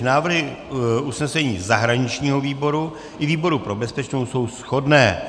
Návrhy usnesení zahraničního výboru i výboru pro bezpečnost jsou shodné.